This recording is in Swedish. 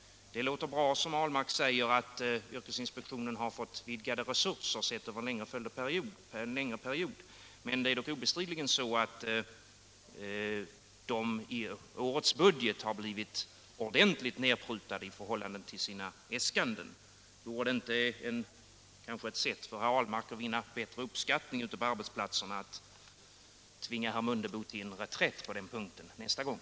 Det låter bra som herr Ahlmark säger, att yrkesinspektionen har fått vidgade resurser sett över en längre period, men det är obestridligt så att anslaget till yrkesinspektionen i årets budget blivit ordentligt nedprutat i förhållande till äskandena. Vore det inte ett sätt för herr Ahlmark att vinna bättre uppskattning ute på arbetsplatserna att tvinga herr Mundebo till reträtt på den punkten nästa gång?